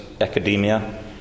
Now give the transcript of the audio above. academia